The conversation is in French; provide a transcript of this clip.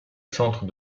centre